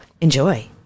Enjoy